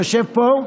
שיושב פה,